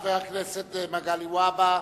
חבר הכנסת מגלי והבה,